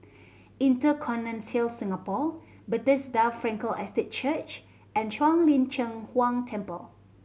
InterContinental Singapore Bethesda Frankel Estate Church and Shuang Lin Cheng Huang Temple